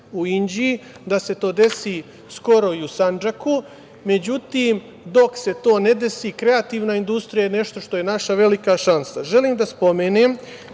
u Inđiji da se to desi skoro i u Sandžaku. Međutim, dok se to ne desi kreativna industrija je nešto što je naša velika šansa. Želim da spomenem